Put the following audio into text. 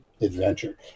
Adventure